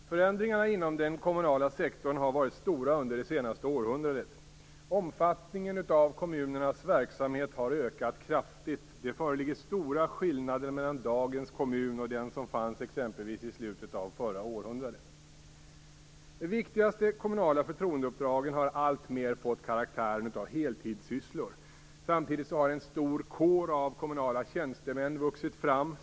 Fru talman! Förändringarna inom den kommunala sektorn har varit stora under det senaste århundradet. Omfattningen av kommunernas verksamhet har ökat kraftigt. Det föreligger stora skillnader mellan dagens kommun och den som fanns exempelvis i slutet av förra århundradet. De viktigaste kommunala förtroendeuppdragen har alltmer fått karaktären av heltidssysslor. Samtidigt har en stor kår av kommunala tjänstemän vuxit fram.